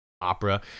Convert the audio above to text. opera